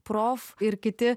profai ir kiti